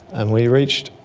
and we reached,